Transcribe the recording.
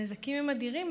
הנזקים הם אדירים,